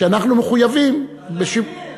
שאנחנו מחויבים, אז להקפיא.